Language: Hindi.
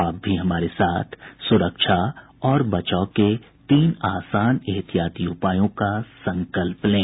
आप भी हमारे साथ सुरक्षा और बचाव के तीन आसान एहतियाती उपायों का संकल्प लें